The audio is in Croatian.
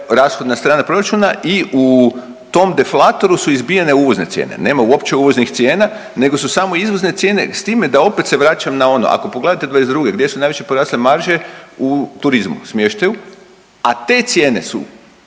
rashodna strana proračuna i u tom deflatoru su izbijene uvozne cijene. Nema uopće uvoznih cijena nego su samo izvozne cijene s time da opet se vraćam na ono, ako pogledate '22. gdje su najviše porasle marže u turizmu, smještaju, a te cijene su